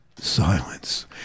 silence